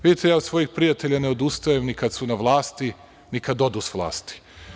Vidite, ja od svojih prijatelja ne odustajem ni kada su na vlasti, ni kada odu sa vlasti.